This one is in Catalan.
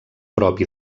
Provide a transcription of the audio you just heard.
propi